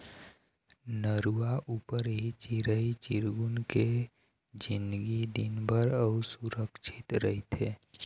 नरूवा ऊपर ही चिरई चिरगुन के जिनगी निरभर अउ सुरक्छित रहिथे